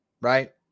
right